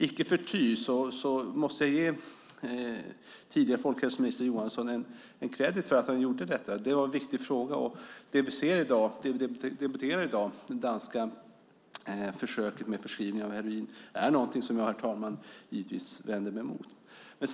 Icke förty måste jag ge den tidigare folkhälsoministern Johansson kredit för att han gjorde detta. Det var en viktig fråga. Det danska försök med förskrivning av heroin som vi debatterar i dag är någonting som jag givetvis vänder mig emot, herr talman.